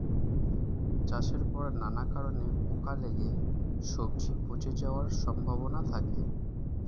চাষের পর নানা কারণে পোকা লেগে সবজি পচে যাওয়ার সম্ভাবনা থাকে